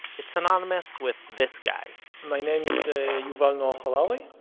it's synonymous with this guy my name is ah yuval noah harari,